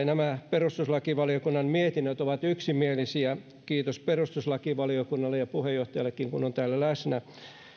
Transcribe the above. nämä perustuslakivaliokunnan mietinnöt ovat yksimielisiä kiitos perustuslakivaliokunnalle ja puheenjohtajallekin kun on täällä läsnä